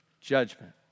judgment